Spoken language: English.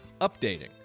updating